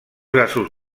gasos